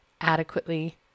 adequately